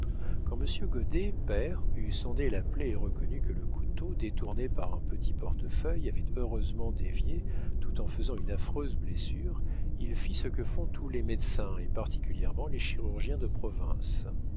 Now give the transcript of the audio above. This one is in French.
quand monsieur goddet père eut sondé la plaie et reconnu que le couteau détourné par un petit portefeuille avait heureusement dévié tout en faisant une affreuse blessure il fit ce que font tous les médecins et particulièrement les chirurgiens de province